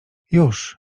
już